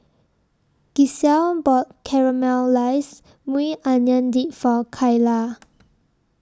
Gisselle bought Caramelized Maui Onion Dip For Kyla